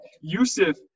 Yusuf